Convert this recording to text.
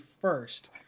first